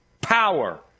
Power